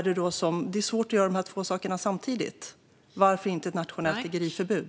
Det är svårt att göra de här två sakerna samtidigt. Varför inte ett nationellt tiggeriförbud?